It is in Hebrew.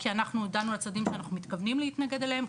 כי אנחנו הודענו לצדדים שאנחנו מתכוונים להתנגד עליהם.